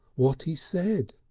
what he said.